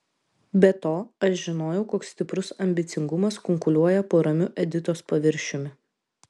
be to aš žinojau koks stiprus ambicingumas kunkuliuoja po ramiu editos paviršiumi